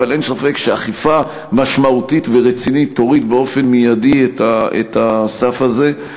אבל אין ספק שאכיפה משמעותית ורצינית תוריד באופן מיידי את הסף הזה.